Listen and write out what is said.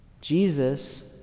Jesus